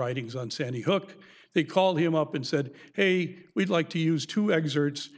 writings on sandy hook they called him up and said hey we'd like to use two eggs or it's